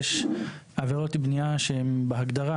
יש עבירות בניה שהן בהגדרה,